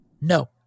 no